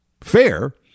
fair